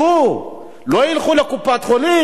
ארגוני זכויות אדם, שלא יעזרו להם?